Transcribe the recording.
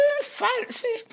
Fancy